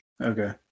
Okay